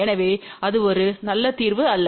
எனவே அது ஒரு நல்ல தீர்வு அல்ல